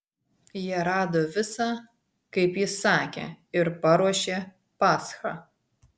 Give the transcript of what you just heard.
jie rado visa kaip jis sakė ir paruošė paschą